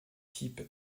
types